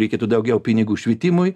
reikėtų daugiau pinigų švietimui